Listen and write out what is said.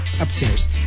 upstairs